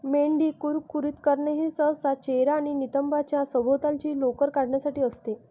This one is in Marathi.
मेंढी कुरकुरीत करणे हे सहसा चेहरा आणि नितंबांच्या सभोवतालची लोकर काढण्यासाठी असते